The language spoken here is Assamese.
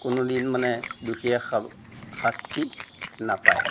কোনোদিন মানে দোষীয়ে শা শাস্তি নাপায়